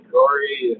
Corey